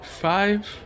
five